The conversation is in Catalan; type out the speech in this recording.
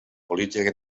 política